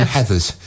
Heathers